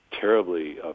terribly